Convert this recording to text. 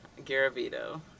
garavito